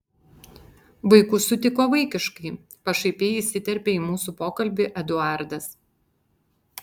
vaikus sutiko vaikiškai pašaipiai įsiterpė į mūsų pokalbį eduardas